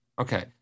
Okay